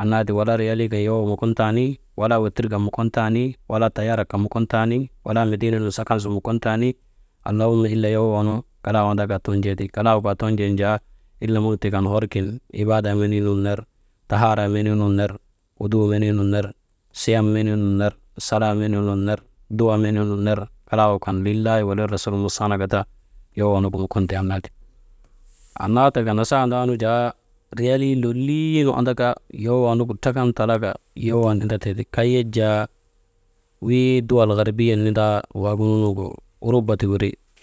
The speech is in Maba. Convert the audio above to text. annaa ti, walaa riyalii kan yowoo mukontaani, walaa wetir kan yowoo mukokn tani, walaa tayaarak kan mukon taani, wala medinee nun sakan sun mukontanii, yowoonu, yowoonu, ila kallgu tuunjee ti, kallagu kaa ton̰ten jaa ila maŋ tii kan hor kin ibaadaa menii nun ner, tahaara menii nun ner, wuduu menii nun ner, siyam nenii nun salaa menii nun duwa menii nun ner, kalaagu kan lillaahi wa lil rasul mussanaka ta, yowoo nuŋu dukon tee annati, annaa taka, nasandaa nu jaa kay riyalii nu, riyalii lolii andaka yowoo nugu trakan, yowon indatee ti, kay yak jaa wii duwal harbihen nigu uruba ti wiri.